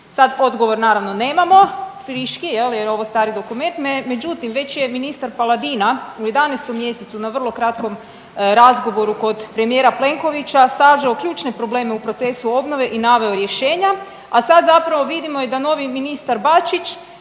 Sad odgovor naravno nemamo friški, jer ovo je stari dokument. Međutim, već je ministar Paladina u 11. mjesecu na vrlo kratkom razgovoru kod premijera Plenkovića sažeo ključne probleme u procesu obnove i naveo rješenja, a sad zapravo vidimo i da novi ministar Bačić